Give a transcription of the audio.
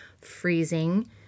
freezing